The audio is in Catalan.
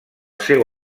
seu